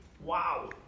Wow